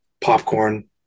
popcorn